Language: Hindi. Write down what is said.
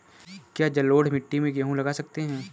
क्या जलोढ़ मिट्टी में गेहूँ लगा सकते हैं?